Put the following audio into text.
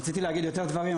רציתי להגיד עוד דברים,